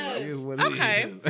Okay